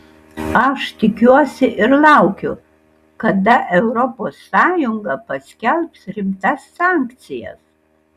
aš tikiuosi ir laukiu kada europos sąjunga paskelbs rimtas sankcijas